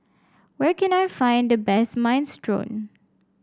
where can I find the best Minestrone